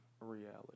reality